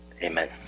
Amen